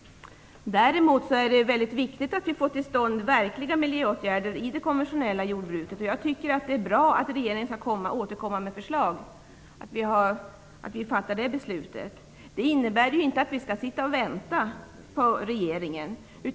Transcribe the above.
Däremot är det viktigt att vi får till stånd verkliga miljöåtgärder i det konventionella jordbruket. Jag tycker att det är bra att regeringen skall återkomma med förslag för att vi sedan skall fatta ett beslut. Det innebär inte att vi skall sitta och vänta på regeringen.